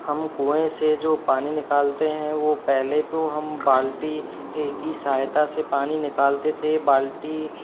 हम कुएँ से जो पानी निकालते हैं वो पहले तो हम बाल्टी ही सहायता से पानी निकालते थे बाल्टी